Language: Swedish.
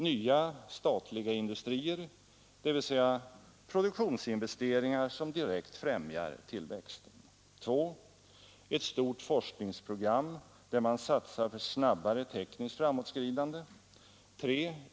Nya statliga industrier, dvs. produktionsinvesteringar, som direkt främjar tillväxten. 2. Ett stort forskningsprogram, där man satsar på snabbare teknologiskt framåtskridande. 3.